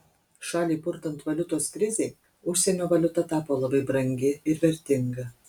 šalį purtant valiutos krizei užsienio valiuta tapo labai brangi ir vertinga